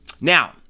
now